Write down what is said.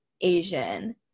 Asian